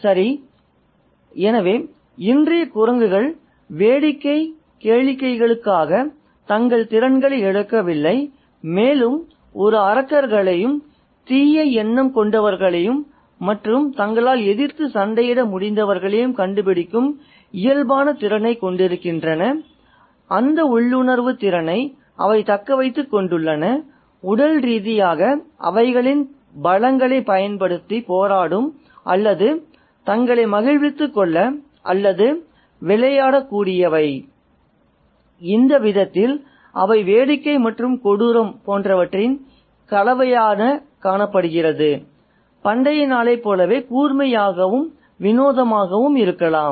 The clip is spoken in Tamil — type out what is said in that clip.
சரி எனவே இன்றைய குரங்குகள் வேடிக்கை கேளிக்கைகளுக்காக தங்கள் திறன்களை இழக்கவில்லை மேலும் ஒரு அரக்கர்களையும் தீய எண்ணம் கொண்டவர்களையும் மற்றும் தங்களால் எதிர்த்து சண்டையிட முடிந்தவர்களையும் கண்டுபிடிக்கும் இயல்பான திறனைக் கொண்டிருக்கின்றன அந்த உள்ளுணர்வுத் திறனை அவை தக்க வைத்துக் கொண்டுள்ளன உடல் ரீதியாக அவைகளின் பலங்களைப் பயன்படுத்தி போராடும் அல்லது தங்களை மகிழ்வித்துக்கொள்ள அல்லது விளையாடக்கூடியவை இந்த விதத்தில் அவை வேடிக்கை மற்றும் கொடூரம் போன்றவற்றின் இந்த கலவையானது பண்டைய நாளைப் போலவே கூர்மையாகவும் வினோதமாகவும் இருக்கலாம்